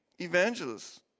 evangelists